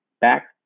back